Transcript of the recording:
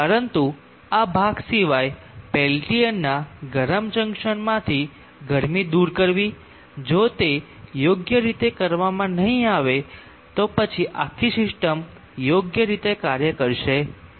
પરંતુ આ ભાગ સિવાય પેલ્ટીઅરના ગરમ જંકશનમાંથી ગરમી દૂર કરવી જો તે યોગ્ય રીતે કરવામાં નહીં આવે તો પછી આખી સિસ્ટમ યોગ્ય રીતે કાર્ય કરશે નહીં